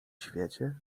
świecie